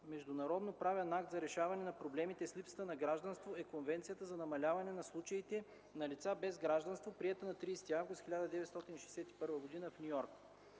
международноправен акт за решаване на проблемите с липсата на гражданство е Конвенцията за намаляване на случаите на лица без гражданство, приета на 30 август 1961 г. в Ню Йорк.